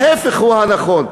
ההפך הוא הנכון.